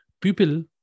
people